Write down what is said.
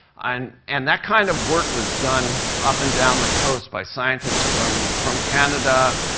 and and that kind of work was done up and down the coast by scientists from from canada,